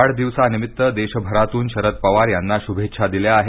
वाढदिवसानिमित्त देशभरातून शरद पवार यांना शुभेच्छा दिल्या आहेत